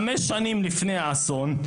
חמש שנים לפני האסון,